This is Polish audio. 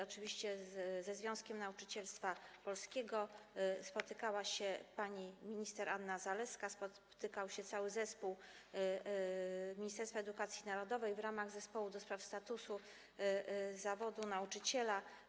Oczywiście też ze Związkiem Nauczycielstwa Polskiego spotykała się pani minister Anna Zalewska, spotykał się cały zespół Ministerstwa Edukacji Narodowej w ramach zespołu do spraw statusu zawodu nauczycieli.